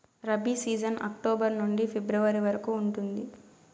rabi season October నుండి February వరకు ఉంటుంది